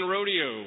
Rodeo